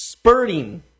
Spurting